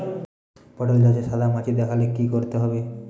পটলে গাছে সাদা মাছি দেখালে কি করতে হবে?